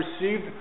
received